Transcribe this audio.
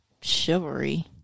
chivalry